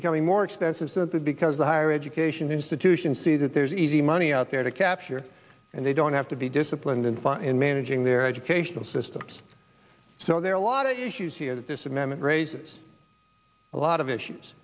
becoming more expensive so that because the higher education institutions see that there's easy money out there to capture and they don't have to be disciplined in fine in managing their educational systems so there are a lot of issues here that this amendment raises a lot of issues